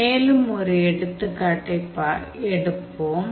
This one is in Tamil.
மேலும் ஒரு எடுத்துக்காட்டை எடுப்போம்